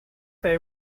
they